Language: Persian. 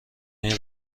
این